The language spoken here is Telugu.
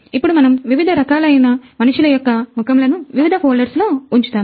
ఇప్పుడు మనము వివిధ రకమైన మనుషుల యొక్క ముఖములను వివిధ folders లో ఉంచుతాము